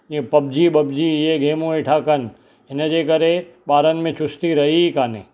जीअं पबजी बबजी इहे गेमियूं वेठा कनि हिन जे करे ॿारनि में चुस्ती रही कोन्हे